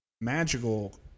magical